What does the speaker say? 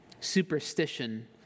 superstition